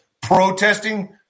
protesting